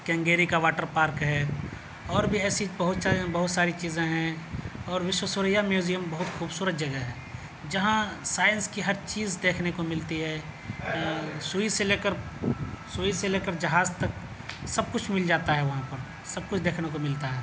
کنگیری کا water park ہے اور بھی ایسی بہت ساری چیزیں ہیں اور وشو سریا میوزیم بہت خوبصورت جگہ ہے جہاں سائنس کی ہر چیز دیکھنے کو ملتی ہے سوئی سے لیکر سوئی سے لیکر جہاز تک سب کچھ مل جاتا ہے وہاں پر سب کچھ دیکھنے کو ملتا ہے